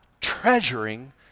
treasuring